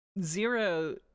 Zero